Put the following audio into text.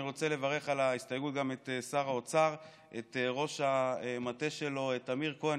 אני רוצה לברך על ההסתייגות את שר האוצר ואת ראש המטה שלו תמיר כהן,